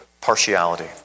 partiality